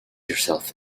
yourself